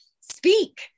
speak